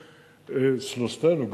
שלושתנו,